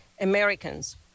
Americans